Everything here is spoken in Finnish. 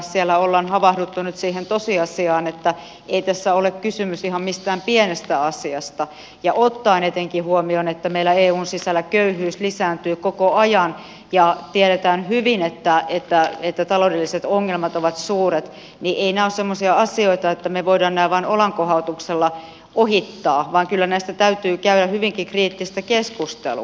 siellä ollaan havahduttu nyt siihen tosiasiaan että ei tässä ole kysymys ihan mistään pienestä asiasta ja ottaen etenkin huomioon että meillä eun sisällä köyhyys lisääntyy koko ajan ja tiedetään hyvin että taloudelliset ongelmat ovat suuret niin eivät nämä ole sellaisia asioita että me voimme nämä vain olankohautuksella ohittaa vaan kyllä näistä täytyy käydä hyvinkin kriittistä keskustelua